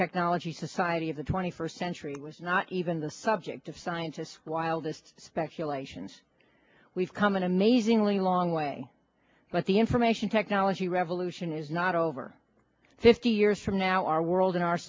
technology society of the twenty first century was not even the subject of scientists wildest speculations we've come an amazingly long way but the information technology revolution is not over fifty years from now our world in our